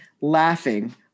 laughing